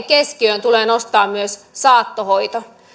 keskiöön tulee nostaa myös saattohoito